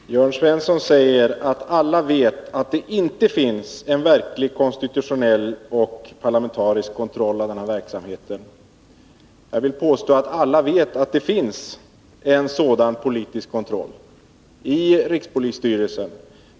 Herr talman! Jörn Svensson säger att alla vet att det inte finns en verkligt konstitutionell och parlamentarisk kontroll av säkerhetspolisens verksamhet. Jag vill påstå att alla vet att det finns en sådan politisk kontroll i rikspolisstyrelsen.